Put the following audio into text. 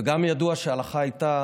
וגם ידוע שהלכה הייתה